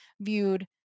viewed